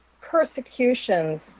persecutions